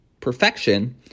perfection